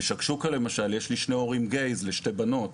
ב"שקשוקה", למשל, יש שני הורים הומואים לשתי בנות.